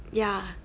ya